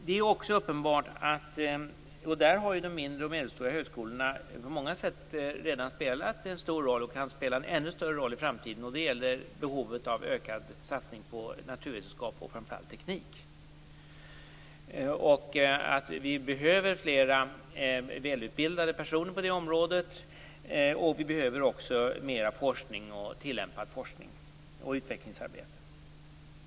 Det är också uppenbart att de mindre och medelstora högskolorna på många sätt redan har spelat en stor roll och kan spela en ännu större roll i framtiden när det gäller behovet av ökad satsning på naturvetenskap och framför allt teknik. Vi behöver fler välutbildade personer på det området och vi behöver också mer forskning, tillämpad forskning och utvecklingsarbete.